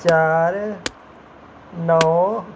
चार नौ